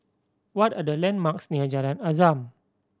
what are the landmarks near Jalan Azam